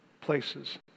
places